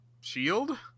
Shield